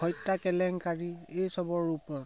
হত্যা কেলেংকাৰী এই চবৰ ওপৰত